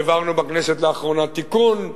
העברנו בכנסת לאחרונה תיקון: